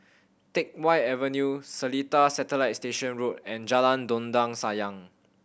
Teck Whye Avenue Seletar Satellite Station Road and Jalan Dondang Sayang